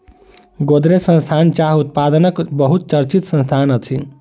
गोदरेज संस्थान चाह उत्पादनक बहुत चर्चित संस्थान अछि